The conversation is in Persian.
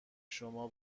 شما